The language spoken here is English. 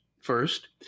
First